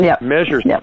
measures